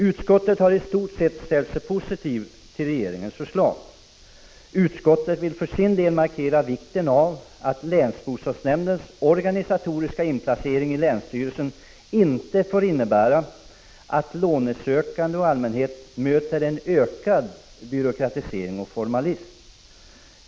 Utskottet har i stort sett ställt sig positivt till regeringens förslag. För sin del vill utskottet markera vikten av att länsbostadsnämndens organisatoriska inplacering i länsstyrelsen inte får innebära att lånesökande och allmänhet möter en ökad byråkratisering och formalism.